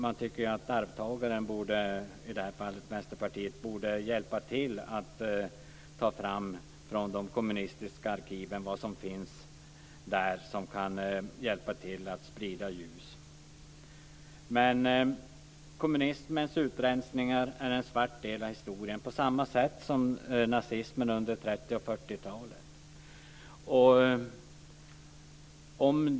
Man tycker att arvtagaren, i det här fallet Vänsterpartiet, borde hjälpa till med att från de kommunistiska arkiven ta fram vad som finns där som kan sprida ljus över detta. Kommunismens utrensningar är en svart del av historien, på samma sätt som nazismens under 30 och 40-talen.